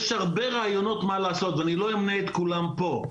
יש הרבה רעיונות מה לעשות ולא אמנה את כולם פה.